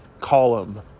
column